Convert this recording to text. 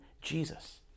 Jesus